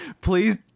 Please